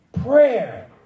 prayer